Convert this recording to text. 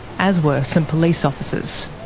as were some police officers.